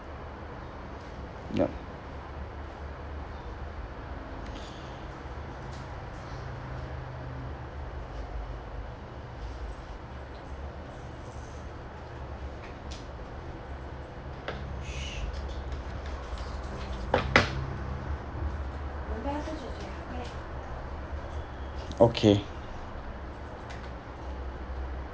yup okay